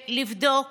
לבדוק